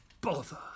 bother